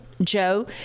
Joe